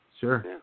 Sure